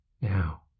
Now